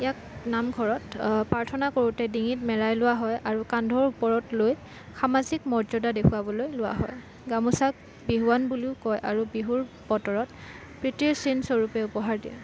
ইয়াক নামঘৰত প্ৰাৰ্থনা কৰোতে ডিঙিত মেৰিয়াই লোৱা হয় আৰু কান্ধৰ ওপৰত লৈ সামাজিক মৰ্যদা দেখুৱাবলৈ লোৱা হয় গামোচাক বিহুৱান বুলিও কয় আৰু বিহুৰ বতৰত প্ৰীতিৰ চিন স্বৰূপে উপহাৰ দিয়ে